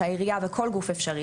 העירייה וכל גוף אפשרי,